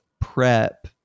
prep